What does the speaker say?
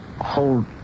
Hold